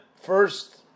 first